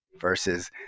Versus